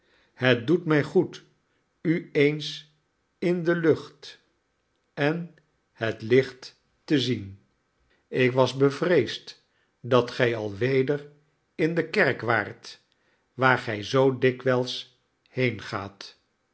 het doet mij goed u eens in de lucht en het licht te zien ik was bevreesd dat gij alweder in de kerk waart waar gij zoo dikwijls